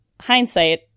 hindsight